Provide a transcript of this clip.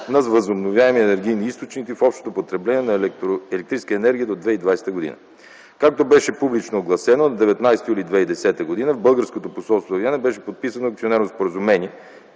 на възобновяеми енергийни източници в общото потребление на електрическа енергия за 2020 г. Както беше публично огласено, на 19 юли 2010 г. в българското посолство във Виена беше подписано акционерно споразумение